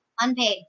unpaid